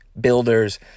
Builder's